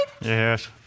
Yes